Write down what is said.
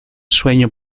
sueño